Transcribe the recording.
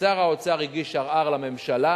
שר האוצר הגיש ערר לממשלה,